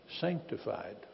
Sanctified